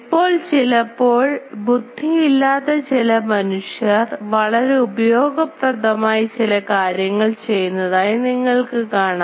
ഇപ്പോൾ ചിലപ്പോൾ അപ്പോൾ ബുദ്ധി ഇല്ലാത്ത ചില മനുഷ്യർ വളരെ ഉപയോഗപ്രദമായ ചില കാര്യങ്ങൾ ചെയ്യുന്നതായി നിങ്ങൾക്ക് കാണാം